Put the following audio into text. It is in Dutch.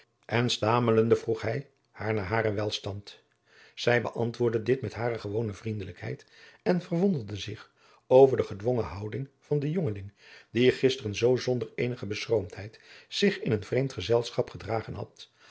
en stamelende vroeg hij haar naar haren welstand zij beantwoordde dit met hare gewone vriendelijkheid en verwonderde zich over de gedwongen houding van den jongeling die gisteren zoo zonder eenige beschroomdheid zich in een vreemd gezelschap gedragen had